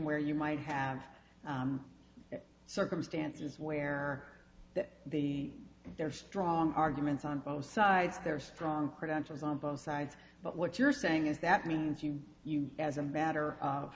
where you might have circumstances where the there are strong arguments on both sides there are strong credentials on both sides but what you're saying is that means you you as a matter of